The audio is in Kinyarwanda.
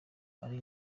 ari